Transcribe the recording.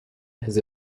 has